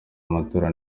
amatora